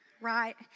right